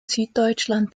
süddeutschland